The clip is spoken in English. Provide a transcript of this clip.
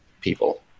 people